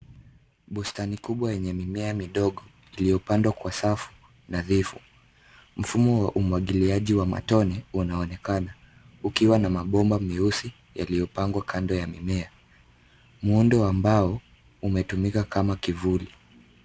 Bustani kubwa yenye mimea midogo, iliyopandwa kwa safu nadhifu. Mfumo wa umwagiliaji wa matone unaonekana, ukiwa na mabomba meusi yaliopangwa kando ya mimea. Muundo ambao umetumika kama kivuli.